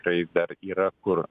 tikrai dar yra kur